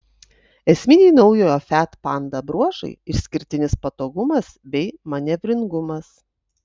esminiai naujojo fiat panda bruožai išskirtinis patogumas bei manevringumas